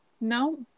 No